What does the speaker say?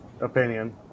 opinion